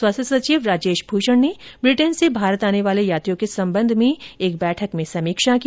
स्वास्थ्य सचिव राजेश भूषण ने ब्रिटेन से भारत आने वाले यात्रियों के संबंध मेंएक बैठक में समीक्षा की